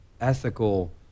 ethical